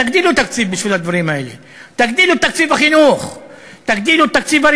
תגדילו תקציב בשביל הדברים האלה: תגדילו את תקציב החינוך,